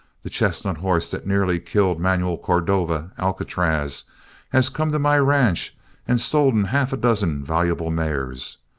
the chestnut horse that nearly killed manuel cordova alcatraz has come to my ranch and stolen half a dozen valuable mares.